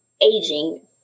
aging